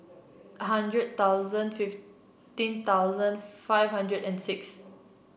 hundred thousand fifteen thousand five hundred and six